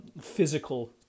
physical